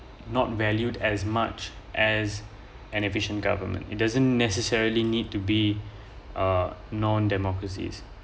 not valued as much as an efficient government it doesn't necessarily need to be uh non democracies